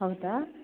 ಹೌದಾ